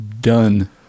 done